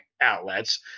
outlets